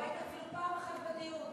לא היית פעם אחת בדיון.